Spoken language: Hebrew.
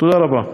תודה רבה.